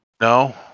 No